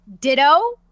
Ditto